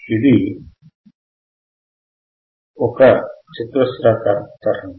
ఇది ఒక చతురస్రాకారపు తరంగము